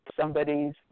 somebody's